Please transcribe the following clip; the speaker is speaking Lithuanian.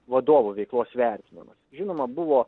vadovo veiklos vertinimas žinoma buvo